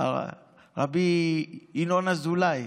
רבי ינון אזולאי,